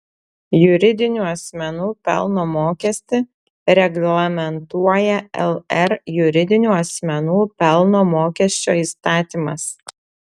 juridinių asmenų pelno mokestį reglamentuoja lr juridinių asmenų pelno mokesčio įstatymas